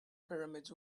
pyramids